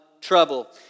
trouble